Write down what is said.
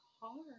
hard